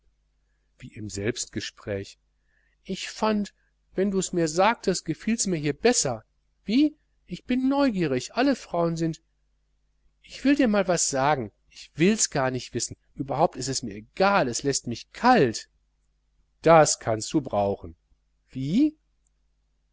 wie im selbstgespräch ich fand wenn dus mir sagtest gefiels mir hier besser wie ich bin neugierig alle frauen sind ich will dir mal was sagen ich wills gar nicht wissen überhaupt ist es mir egal es läßt mich kalt das kannst du brauchen wie